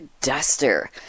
duster